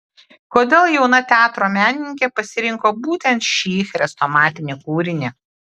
kodėl jauna teatro menininkė pasirinko būtent šį chrestomatinį kūrinį